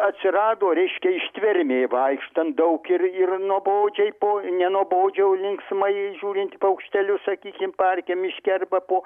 atsirado reiškia ištvermė vaikštant daug ir ir nuobodžiai po nenuobodžiau linksmai žiūrint į paukštelius sakykim parke miške arba po